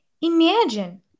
Imagine